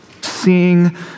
seeing